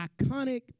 iconic